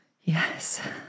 Yes